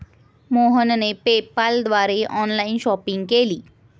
मोहनने पेपाल द्वारे online shopping केली